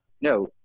no –